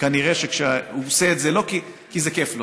כנראה שהוא עושה את זה לא כי זה כיף לו.